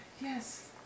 yes